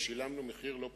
ושילמנו מחיר לא פשוט,